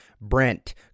Brent